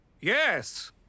Yes